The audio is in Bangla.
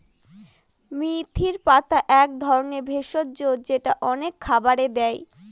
মেথির পাতা এক ধরনের ভেষজ যেটা অনেক খাবারে দেয়